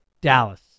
Dallas